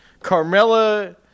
Carmella